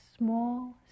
Small